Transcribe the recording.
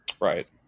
Right